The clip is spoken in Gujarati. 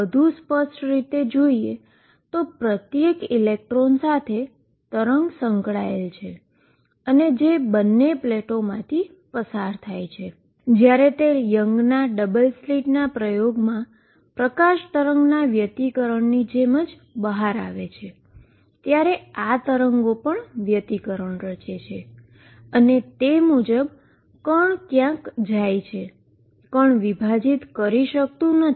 વધુ સ્પષ્ટ રીતે જો આપણે જોઈએ તો પ્રત્યેક ઇલેક્ટ્રોન સાથે સંકળાયેલ વેવ બંને પ્લેટોમાંથી પસાર થાય છે અને જ્યારે તે યંગના double slit Youngs double slit પ્રયોગમાં લાઈટ વેવના ઈન્ટરફીઅરન્સની જેમ બહાર આવે છે ત્યારે આ વેવ પણ ઈન્ટરફીઅરન્સ રચે છે અને તે મુજબ પાર્ટીકલ ક્યાંક જાય છેપાર્ટીકલ ડીવાઈડ કરી શકાતું નથી